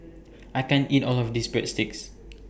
I can't eat All of This Breadsticks